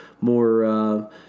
more –